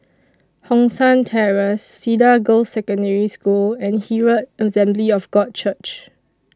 Hong San Terrace Cedar Girls' Secondary School and Herald Assembly of God Church